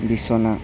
বিছনা